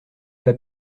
pas